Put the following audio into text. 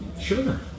Sure